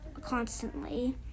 constantly